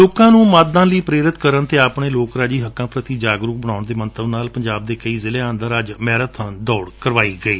ਲੋਕਾਂ ਨੂੰ ਮਤਦਾਨ ਲਈ ਪ੍ਰੇਰਿਤ ਕਰਨ ਅਤੇ ਆਪਣੇ ਲੋਕਰਾਜੀ ਹੱਕਾਂ ਪ੍ਰਤੀ ਜਾਗਰੁਕ ਬਣਾਉਣ ਦੇ ਮੰਤਵ ਨਾਲ ਪੰਜਾਬ ਦੇ ਕਈ ਜ਼ਿਲ੍ਸਿਆਂ ਅੰਦਰ ਅੱਜ ਮੈਰਾਬਨ ਦੌੜ ਕਰਵਾਈ ਗਈ